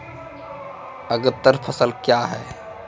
अग्रतर फसल क्या हैं?